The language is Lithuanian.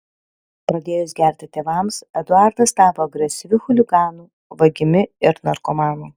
pradėjus gerti tėvams eduardas tapo agresyviu chuliganu vagimi ir narkomanu